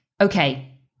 okay